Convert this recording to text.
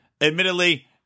admittedly